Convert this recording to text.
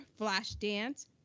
Flashdance